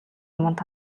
юманд